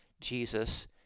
Jesus